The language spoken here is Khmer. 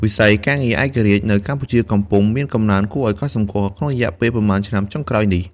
វិស័យការងារឯករាជ្យនៅកម្ពុជាកំពុងមានកំណើនគួរឱ្យកត់សម្គាល់ក្នុងរយៈពេលប៉ុន្មានឆ្នាំចុងក្រោយនេះ។